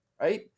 right